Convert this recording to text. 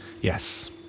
Yes